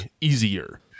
easier